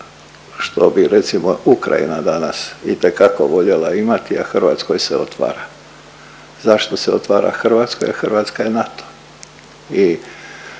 što bi recimo, Ukrajina danas itekako voljela imati, a Hrvatskoj se otvara. Zašto se otvara Hrvatskoj? Jer Hrvatska je NATO i